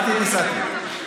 תרתי דסתרי.